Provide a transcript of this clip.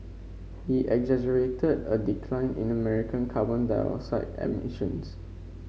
he exaggerated a decline in American carbon dioxide emissions